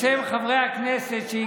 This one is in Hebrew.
חברי הכנסת, תקשיבו לדברים.